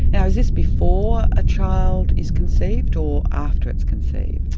and is this before a child is conceived or after it's conceived?